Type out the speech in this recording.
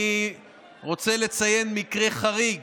אני רוצה לציין מקרה חריג